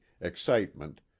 excitement